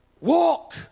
Walk